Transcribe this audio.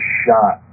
shot